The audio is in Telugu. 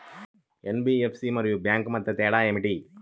ఎన్.బీ.ఎఫ్.సి మరియు బ్యాంక్ మధ్య తేడా ఏమిటీ?